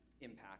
impact